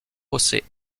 josé